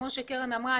כמו שקרן אמרה.